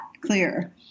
clear